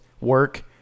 work